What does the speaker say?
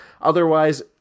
Otherwise